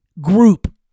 group